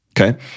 Okay